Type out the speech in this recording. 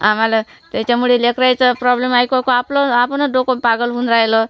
आम्हाला त्याच्यामुळे लेकरांचं प्रॉब्लेम ऐकावं का आपलं आपणच डोकं पागल होऊन राहिलं